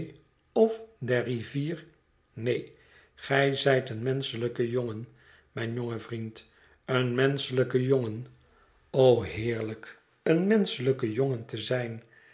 of der rivier neen gij zijt een menschelijke jongen mijn jonge vriend een menschelijke jongen o heerlijk een menschelijke jongen te zijn